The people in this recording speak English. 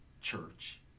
church